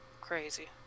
crazy